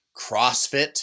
CrossFit